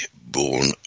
born